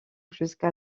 jusqu’à